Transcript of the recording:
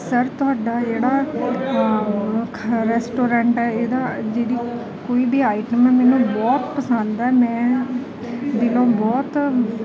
sir ਤੁਹਾਡਾ ਜਿਹੜਾ ਖਾ ਰੈਸਟੋਰੈਂਟ ਹੈ ਇਹਦਾ ਜਿਹੜੀ ਕੋਈ ਵੀ ਆਈਟਮ ਮੈਨੂੰ ਬਹੁਤ ਪਸੰਦ ਆ ਮੈਂ ਦਿਲੋਂ ਬਹੁਤ